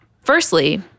Firstly